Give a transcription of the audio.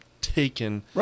taken